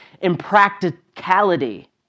impracticality